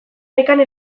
nekane